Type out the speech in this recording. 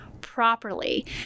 properly